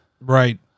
Right